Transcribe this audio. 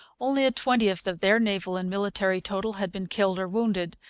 only a twentieth of their naval and military total had been killed or wounded,